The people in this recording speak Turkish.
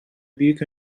büyük